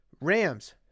Rams